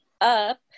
up